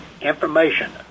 information